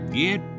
get